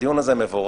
שהדיון הזה מבורך,